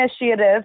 initiative